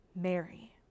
Mary